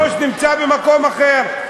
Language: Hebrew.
הראש נמצא במקום אחר.